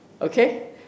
Okay